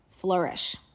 flourish